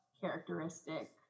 characteristic